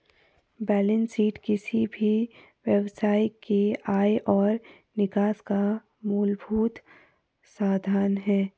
balance sheet किसी भी व्यवसाय के आय और निकास का मूलभूत साधन है